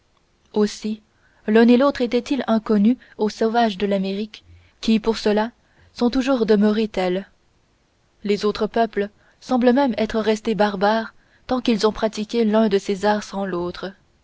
aussi l'un et l'autre étaient-ils inconnus aux sauvages de l'amérique qui pour cela sont toujours demeurés tels les autres peuples semblent même être restés barbares tant qu'ils ont pratiqué l'un de ces arts sans l'autre